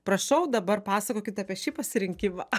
prašau dabar pasakokit apie šį pasirinkimą